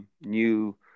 new